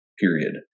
period